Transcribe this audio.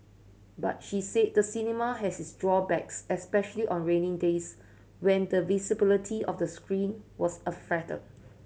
but she said the cinema has its drawbacks especially on rainy days when the visibility of the screen was affected